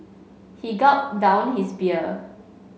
he gulped down his beer